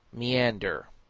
meander,